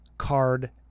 card